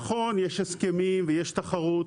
נכון שיש הסכמים ויש תחרות,